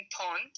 pond